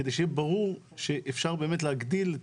כדי שיהיה ברור שאפשר יהיה להגדיל את